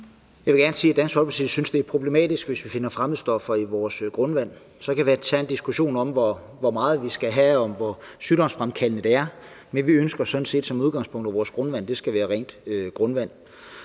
Jeg vil gerne sige, at Dansk Folkeparti synes, det er problematisk, hvis vi finder fremmedstoffer i vores grundvand. Så kan vi altid tage en diskussion om, hvor meget vi skal have, og om, hvor sygdomsfremkaldende det er. Men vi ønsker sådan set som udgangspunkt, at vores grundvand